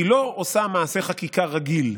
היא לא עושה מעשה חקיקה רגיל,